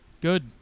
good